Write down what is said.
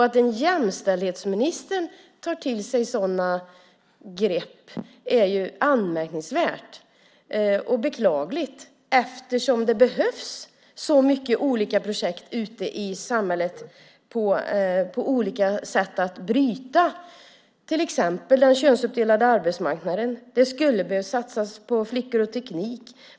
Att en jämställdhetsminister använder sig av sådana grepp är anmärkningsvärt och beklagligt eftersom det behövs så många olika projekt i samhället för att bryta till exempel den könsuppdelade arbetsmarknaden. Det skulle behöva satsas på flickor och teknik.